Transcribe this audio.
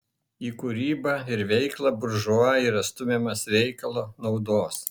į kūrybą ir veiklą buržua yra stumiamas reikalo naudos